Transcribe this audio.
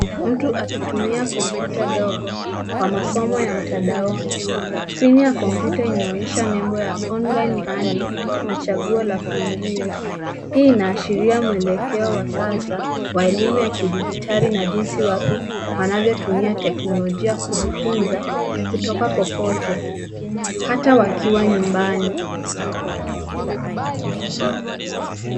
Mtu akitumia komputa ndogo kwa masomo ya mtandaoni. Skrini ya komputa inaonyesha nembo ya (cs)online learning (cs)na chaguo la kuingia. Hii inaashiria mwelekeo wa sasa, wa elimu ya kidijitali na jinsi watu wanavyotumia teknolojia kujifunza kutoka popote hata wakiwa nyumbani.